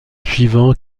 suivant